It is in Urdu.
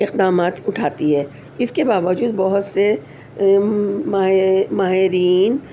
اقدامات اٹھاتی ہے اس کے باوجود بہت سے ماہے ماہرین